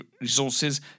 Resources